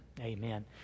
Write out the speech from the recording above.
Amen